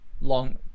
long